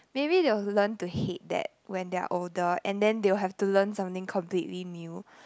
maybe they will learn to hate that when they are older and then they will have to learn something completely new